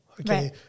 okay